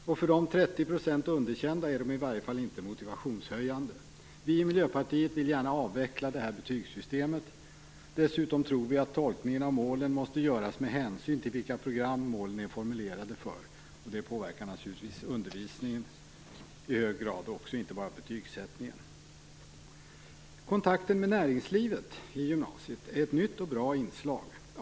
Och för de 30 % underkända är de i varje fall inte motivationshöjande. Vi i Miljöpartiet vill gärna avveckla det här betygssystemet. Dessutom tror vi att tolkningen av målen måste göras med hänsyn till vilka program målen är formulerade för, och det påverkar naturligtvis i hög grad också undervisningen och inte bara betygsättningen. Kontakten med näringslivet i gymnasiet är ett nytt och bra inslag.